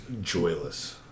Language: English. joyless